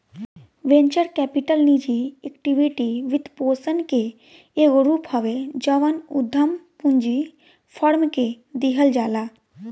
venture capital निजी equity वित्तपोषण के एगो रूप हवे जवन उधम पूंजी फार्म के दिहल जाला